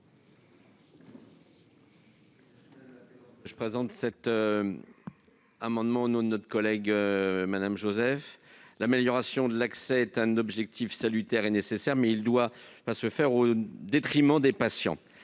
Je présente cet amendement au nom de Mme Joseph. L'amélioration de l'accès aux soins est un objectif salutaire et nécessaire, mais il ne doit pas se faire au détriment des patients.